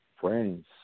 friends